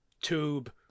tube